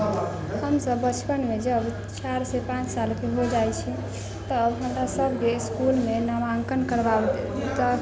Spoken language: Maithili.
हमसब बचपनमे जब चारिसँ पाँच सालके हो जाइ छी तब हमरा सबके इसकुलमे नामाङ्कन करबा तऽ